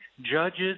judges